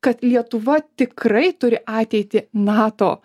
kad lietuva tikrai turi ateitį nato